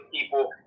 people